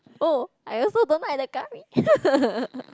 oh I also don't like the curry